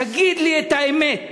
תגיד לי את האמת: